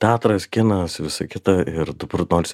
teatras kinas visa kita ir dabar norisi